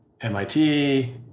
MIT